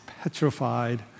petrified